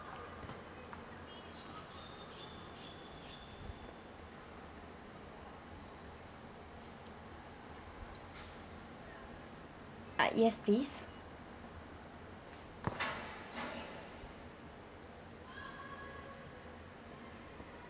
ah yes please